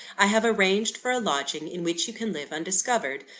i have arranged for a lodging in which you can live undiscovered,